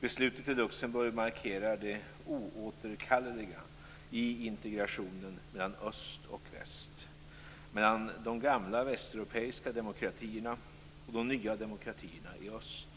Beslutet i Luxemburg markerar det oåterkalleliga i integrationen mellan öst och väst, mellan de gamla västeuropeiska demokratierna och de nya demokratierna i öst.